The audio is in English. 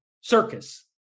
circus